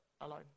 alone